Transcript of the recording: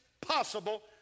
possible